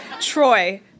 Troy